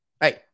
hey